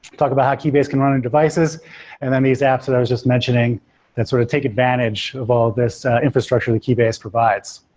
talk about how keybase can run on and devices and then these apps that i was just mentioning that sort of take advantage of all this infrastructure that keybase provides.